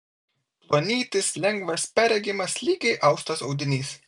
plonytis lengvas perregimas lygiai austas audinys